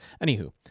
Anywho